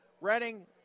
Reading